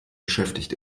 beschäftigt